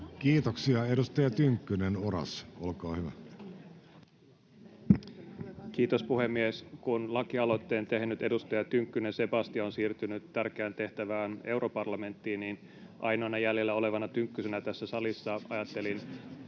Kiitoksia. — Edustaja Tynkkynen, Oras, olkaa hyvä. Kiitos, puhemies! Kun lakialoitteen tehnyt edustaja Tynkkynen Sebastian on siirtynyt tärkeään tehtävään europarlamenttiin, niin ainoana jäljellä olevana Tynkkysenä tässä salissa